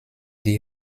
die